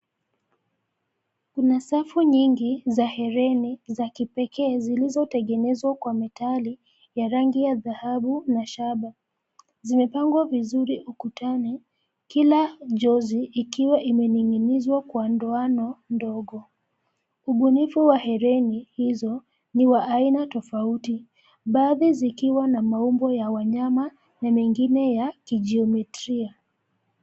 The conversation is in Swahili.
Kuna safu nyingi za herini za kipekee zilizotengenezwa kwa metali ya rangi ya dhahabu na shaba. Zimepangwa vizuri ukutani kila jozi ikiwa imening'inizwa kwa ndoano ndogo. Ubunifu wa herini hizo ni wa aina tofauti; baadhi zikiwa na maumbo ya wanyama na mengine ya ki-jiometria.